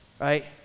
right